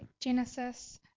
Genesis